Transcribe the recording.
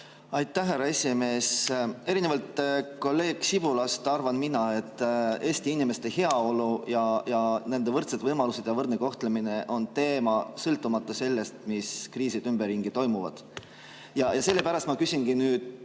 Aitäh, härra esimees! Erinevalt kolleeg Sibulast arvan mina, et Eesti inimeste heaolu ja nende võrdsed võimalused ja võrdne kohtlemine on teema, sõltumata sellest, mis kriisid ümberringi toimuvad. Sellepärast ma küsingi